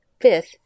Fifth